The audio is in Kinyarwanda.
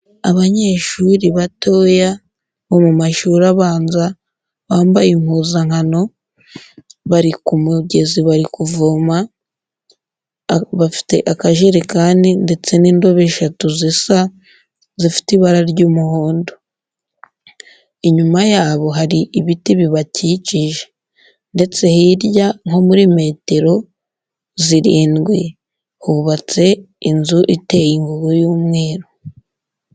Abanyeshuri batoya bo mu mashuri abanza bambaye impuzankano bari ku mugezi bari kuvoma, bafite akajerekani ndetse n'indobo eshatu zifite ibara ry'umuhondo, inyuma yabo hari ibiti bibakikije ndetse hirya nko muri metero zirindwi hubatse inzu iteye ubururu n'umweru.